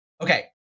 Okay